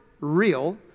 real